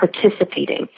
participating